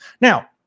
Now